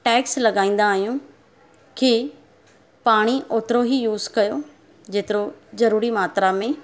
tax लॻाईंदा आहियूं की पाणी ओतिरो ई यूस कयो जेतिरो ज़रुरी मात्रा में